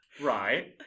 Right